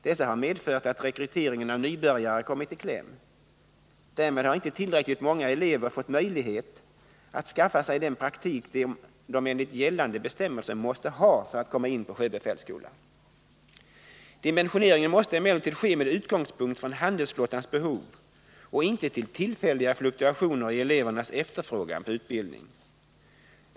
Dessa har medfört att rekryteringen av nybörjare kommit i kläm. Därmed har inte tillräckligt många elever fått möjlighet att skaffa sig den praktik de enligt gällande bestämmelser måste ha för att komma in på sjöbefälsskola. Dimensioneringen måste emellertid ske med utgångspunkt i handelsflottans behov och inte med hänsyn till tillfälliga fluktuationer i elevernas efterfrågan på utbildning.